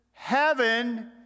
heaven